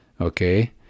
Okay